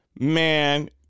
man